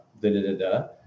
da-da-da-da